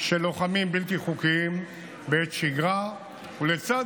של לוחמים בלתי חוקיים בעת שגרה ולצד